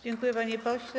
Dziękuję, panie pośle.